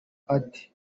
ate